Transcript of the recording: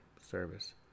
service